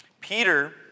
Peter